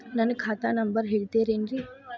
ನನ್ನ ಖಾತಾ ನಂಬರ್ ಹೇಳ್ತಿರೇನ್ರಿ?